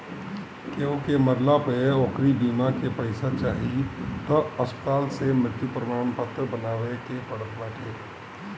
केहू के मरला पअ ओकरी बीमा के पईसा चाही तअ अस्पताले से मृत्यु प्रमाणपत्र बनवावे के पड़त बाटे